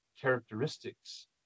characteristics